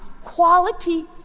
quality